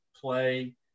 play